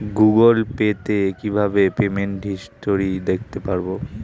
Google Pay তে কিভাবে payment history দেখতে পারবো?